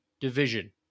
division